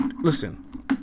Listen